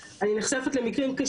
של תאונות,